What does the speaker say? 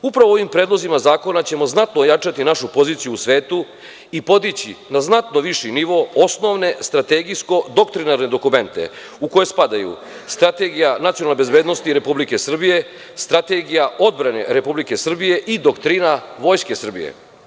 Upravo ovim predlozima zakona ćemo znatno ojačati našu poziciju u svetu i podići je na znatno viši nivo osnovno strategijskog doktrinarne dokumente u koje spadaju Strategija nacionalne bezbednosti Republike Srbije, Strategija odbrane Republike Srbije i Doktrina Vojske Srbije.